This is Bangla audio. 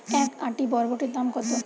এক আঁটি বরবটির দাম কত?